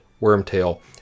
wormtail